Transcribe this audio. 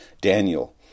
Daniel